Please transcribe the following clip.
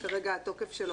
כרגע התוקף שלו,